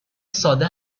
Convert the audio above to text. ساده